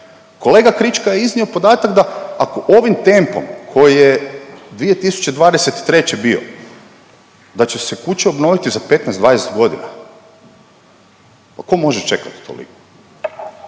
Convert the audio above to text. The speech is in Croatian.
Kolega Krička je iznio podatak da ako ovim tempom koji je 2023. bio da će se kuće obnoviti za 15-20.g., pa ko može čekati toliko?